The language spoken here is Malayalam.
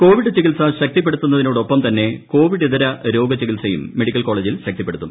കോവിഡ് ചികിത്സ ശക്തിപ്പെടുത്തുന്നതോടൊപ്പം തന്നെ കോവിഡിതര രോഗ ചികിത്സയും മെഡിക്കൽ കോളേജിൽ ശക്തിപ്പെടുത്തും